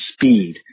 speed